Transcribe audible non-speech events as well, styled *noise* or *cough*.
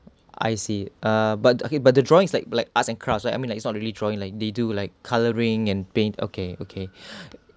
I see uh but okay but the drawing is like like arts and crafts right I mean like is not really drawing like they do like colouring and paint okay okay *breath*